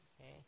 Okay